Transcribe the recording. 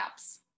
apps